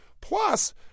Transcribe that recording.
Plus